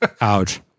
ouch